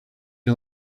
you